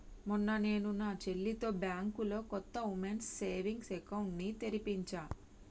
మొన్న నేను నా చెల్లితో బ్యాంకులో కొత్త ఉమెన్స్ సేవింగ్స్ అకౌంట్ ని తెరిపించాను